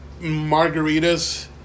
margaritas